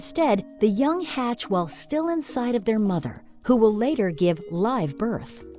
instead, the young hatch while still inside of their mother, who will later give live birth.